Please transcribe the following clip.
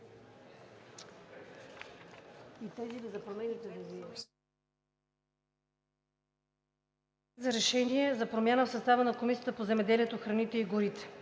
РЕШЕНИЕ за промяна в състава на Комисия по земеделието, храните и горите